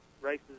races